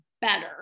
better